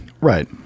Right